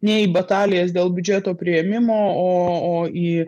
ne į batalijas dėl biudžeto priėmimo o o į